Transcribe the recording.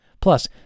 Plus